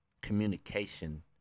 Communication